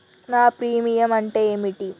నా ప్రీమియం అంటే ఏమిటి?